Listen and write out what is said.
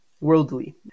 worldly